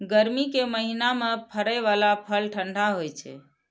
गर्मी के महीना मे फड़ै बला फल ठंढा होइ छै